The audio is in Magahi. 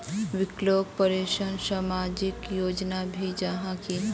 विकलांग पेंशन सामाजिक योजना नी जाहा की?